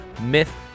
Myth